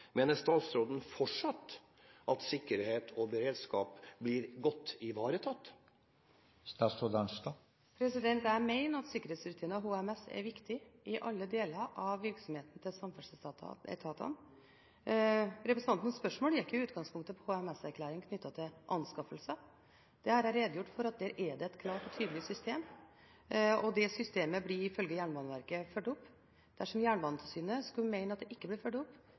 Mener statsråden fortsatt at sikkerhet og beredskap blir godt ivaretatt? Jeg mener at sikkerhetsrutiner og HMS er viktig i alle deler av virksomheten til samferdselsetatene. Representantens spørsmål gikk i utgangspunktet på HMS-erklæring knyttet til anskaffelser. Jeg har redegjort for at der er det et klart og tydelig system, og det systemet blir ifølge Jernbaneverket fulgt opp. Dersom Jernbanetilsynet skulle mene at det ikke blir fulgt opp,